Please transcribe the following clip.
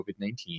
COVID-19